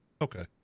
Okay